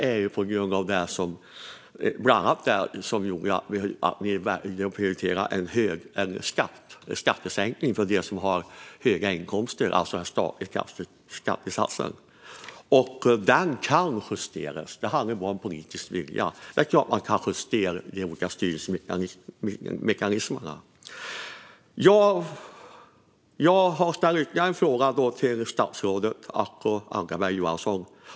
Ni väljer att prioritera en skattesänkning för dem som har höga inkomster. Det gäller alltså den statliga skattesatsen. Detta kan justeras. Det handlar bara om politisk vilja. Det är klart att man kan justera med olika styrmekanismer. Jag har ställt ytterligare en fråga till statsrådet Acko Ankarberg Johansson.